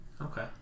Okay